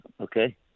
okay